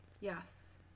Yes